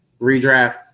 Redraft